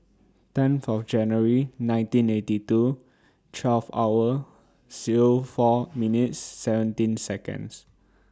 ten For January nineteen eighty two twelve hour Zero four minutes seventeen Seconds